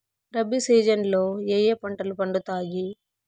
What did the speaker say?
rabi season లో ఏ ఏ పంటలు పండుతాయి